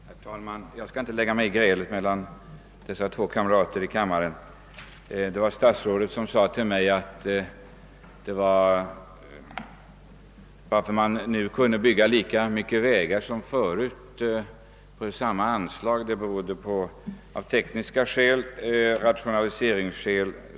Herr talman! Jag skall inte lägga mig i grälet mellan två kamrater i kammaren. Statsrådet sade till mig att man nu kan bygga lika mycket vägar som förut för samma anslag tack vare rationaliseringar.